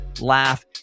laugh